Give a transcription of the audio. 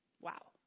Wow